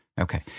Okay